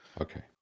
Okay